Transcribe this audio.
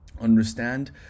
understand